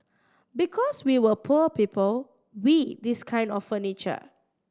because we were poor people we this kind of furniture